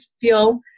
feel